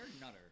Nutter